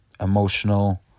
emotional